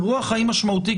אירוע חיים משמעותי,